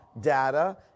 data